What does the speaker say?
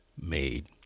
made